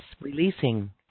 releasing